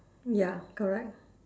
ya correct